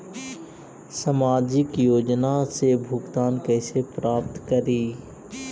सामाजिक योजना से भुगतान कैसे प्राप्त करी?